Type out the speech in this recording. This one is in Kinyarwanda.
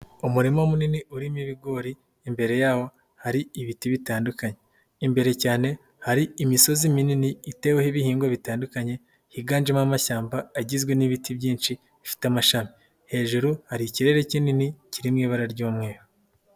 Umurima munini urimo ibigori, imbere yawo hari ibiti bitandukanye, imbere cyane hari imisozi minini iteweho ibihingwa bitandukanye, higanjemo amashyamba agizwe n'ibiti byinshi bifite amashami, hejuru hari ikirere kinini kiri mu ibara ry'umweru.